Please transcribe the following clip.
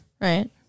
Right